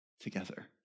together